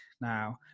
Now